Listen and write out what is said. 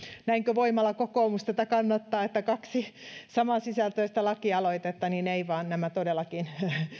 näinkö voimalla kokoomus tätä kannattaa että on kaksi samansisältöistä lakialoitetta ei vaan nämä lakialoitteet todellakin